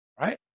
right